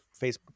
Facebook